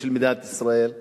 מתנהגת עם הציבור הערבי.